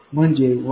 म्हणजे 1